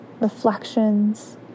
reflections